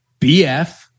BF